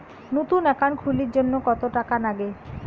নতুন একাউন্ট খুলির জন্যে কত টাকা নাগে?